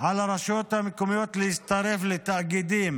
על הרשויות המקומיות להצטרף לתאגידים